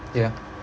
ya